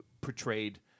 portrayed